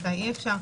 מתי אי אפשר,